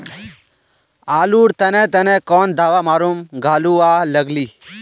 आलूर तने तने कौन दावा मारूम गालुवा लगली?